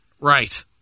Right